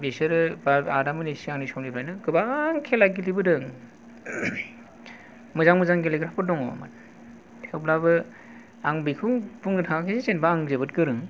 बिसोरो एबा आदामोननि सिगांनि समनिफ्रायनो गोबां खेला गेलेबोदों मोजां मोजां गेलेग्राफोर दङमोन थेवब्लाबो आं बेखौ बुंनो थाङाखैदि जेनेबा आं जोबोद गोरों